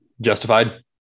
Justified